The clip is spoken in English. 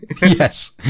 Yes